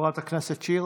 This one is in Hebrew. חברת הכנסת שיר,